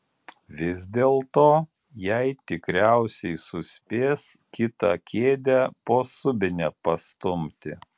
vis dėlto jai tikriausiai suspės kitą kėdę po subine pastumti